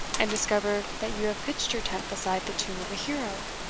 and discover that you have pitched your tent beside the tomb of a hero!